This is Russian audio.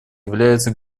является